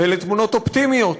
ואלה תמונות אופטימיות,